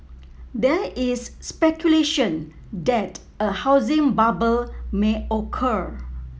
there is speculation that a housing bubble may occur